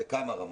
בכמה רמות.